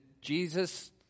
Jesus